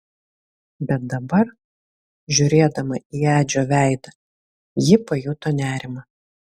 bet dabar žiūrėdama į edžio veidą ji pajuto nerimą